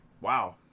wow